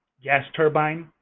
gas turbine